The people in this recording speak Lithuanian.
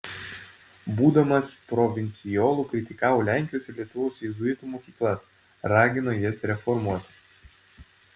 būdamas provincijolu kritikavo lenkijos ir lietuvos jėzuitų mokyklas ragino jas reformuoti